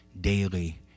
daily